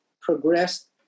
progressed